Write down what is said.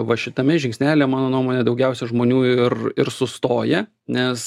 va šitame žingsnelyje mano nuomone daugiausia žmonių ir ir sustoja nes